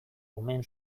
omen